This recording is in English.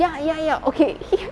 ya ya ya okay